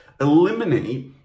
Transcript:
eliminate